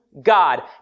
God